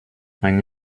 ein